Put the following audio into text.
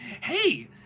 Hey